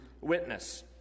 witness